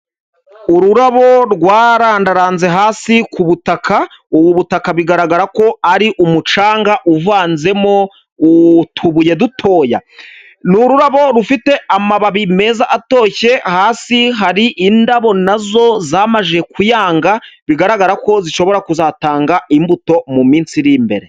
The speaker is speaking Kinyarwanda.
Ururabo rwarandaranze hasi ku butaka, ubu butaka bigaragara ko ari umucanga uvanzemo utubuye dutoya. Ni ururabo rufite amababi meza atoshye, hasi hari indabo nazo zamajije kuyanga bigaragara ko zishobora kuzatanga imbuto mu minsi iri imbere.